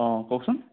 অ কওকচোন